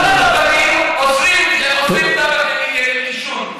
אגב, כל הרבנים אוסרים טבק לעישון.